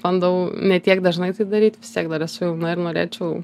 bandau ne tiek dažnai tai daryt vis tiek dar esu jauna ir norėčiau